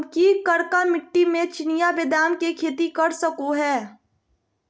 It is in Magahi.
हम की करका मिट्टी में चिनिया बेदाम के खेती कर सको है?